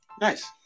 Nice